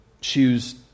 choose